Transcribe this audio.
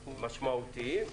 משמעותיים?